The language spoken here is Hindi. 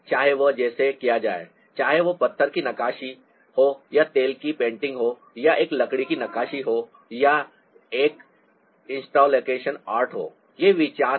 चाहे वह जैसे किया जाए चाहे वह पत्थर की नक्काशी हो या तेल की पेंटिंग हो या यह लकड़ी की नक्काशी हो या यह एक इंस्टॉलेशन आर्ट हो ये विचार हैं